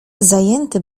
zajęty